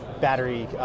battery